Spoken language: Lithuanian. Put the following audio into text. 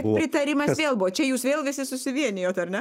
pritarimas vėl buvo čia jūs vėl visi susivienijot ar ne